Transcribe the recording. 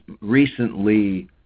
recently